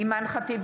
אלון טל,